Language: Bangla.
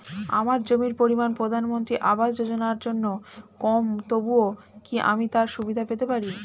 আমার জমির পরিমাণ প্রধানমন্ত্রী আবাস যোজনার জন্য কম তবুও কি আমি তার সুবিধা পেতে পারি?